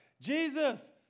Jesus